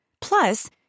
Plus